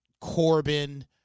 Corbin